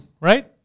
right